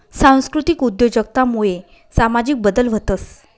सांस्कृतिक उद्योजकता मुये सामाजिक बदल व्हतंस